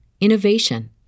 innovation